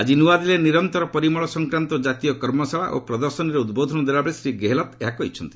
ଆଜି ନୂଆଦିଲ୍ଲୀରେ ନିରନ୍ତର ପରିମଳ ସଂକ୍ରାନ୍ତ ଜାତୀୟ କର୍ମଶାଳା ଓ ପ୍ରଦର୍ଶନୀରେ ଉଦ୍ବୋଧନ ଦେଲାବେଳେ ଶ୍ରୀ ଗେହେଲତ୍ ଏହା କହିଛନ୍ତି